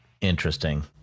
Interesting